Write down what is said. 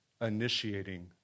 initiating